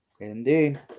Indeed